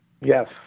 Yes